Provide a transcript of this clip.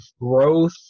growth